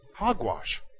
hogwash